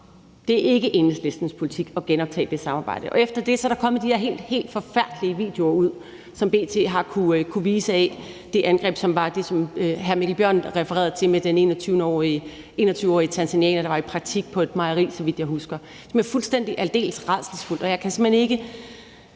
Det er ikke Enhedslistens politik at genoptage det samarbejde. Efter det er der kommet de her helt, helt forfærdelige videoer ud, som B.T. har kunnet vise, af det angreb, som var det, som hr. Mikkel Bjørn refererede til, med den 21-årige tanzanianer, der var i praktik på et mejeri, så vidt jeg husker. Det er fuldstændig aldeles rædselsfuldt, og jeg kan ikke